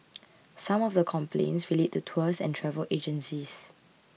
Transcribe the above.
some of the complaints relate to tours and travel agencies